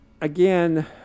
again